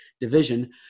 division